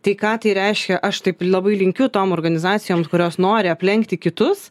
tai ką tai reiškia aš taip labai linkiu tom organizacijom kurios nori aplenkti kitus